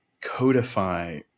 codify